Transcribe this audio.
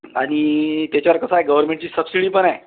आणि त्याच्यावर कसं आहे गव्हर्मेंटची सबसिडी पण आहे